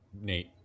Nate